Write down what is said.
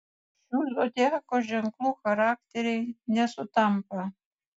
šių zodiako ženklų charakteriai nesutampa